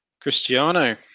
Cristiano